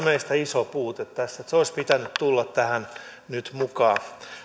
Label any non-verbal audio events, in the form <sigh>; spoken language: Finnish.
<unintelligible> meistä iso puute tässä sen olisi pitänyt tulla tähän nyt mukaan